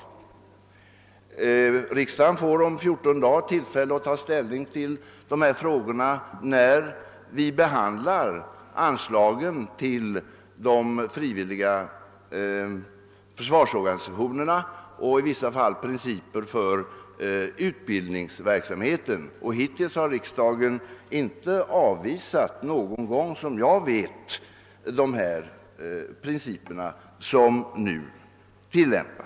Riksdagen får om fjorton dagar tillfälle att ta ställning till dessa frågor när vi skall behandla anslagen till de frivilliga försvarsorganisationerna och i vissa fall principerna för utbildningsverksamheten. Hittills har riksdagen inte enligt vad jag vet någon gång avvisat de principer som nu tillämpas.